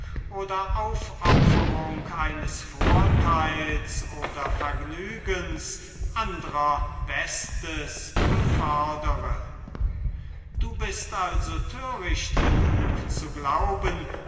oder aufopferung eines vorteils oder vergnügens andrer bestes befördere du bist also töricht genug zu glauben